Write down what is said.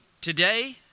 Today